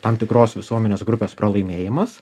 tam tikros visuomenės grupės pralaimėjimas